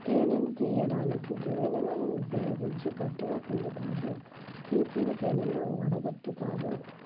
తేనెను తీయడానికి దువ్వెనలను ఉపయోగించి గట్టిగ పిండుతారు, తీసిన తేనెను వడగట్టుతారు